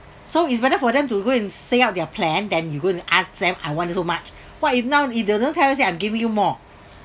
so it's better for them to go and say out their plan than you go and ask them I want so much what if now say I'm giving you more